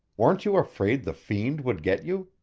weren't you afraid the fiend would get you?